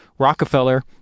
Rockefeller